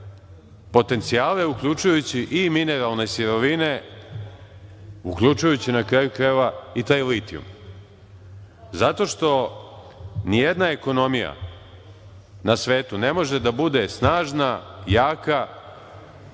potencijale, uključujući i mineralne sirovine, uključujući na kraju krajeva i taj litijum? Zato što nijedna ekonomija na svetu ne može da bude snažna, jaka,